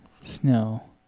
Snow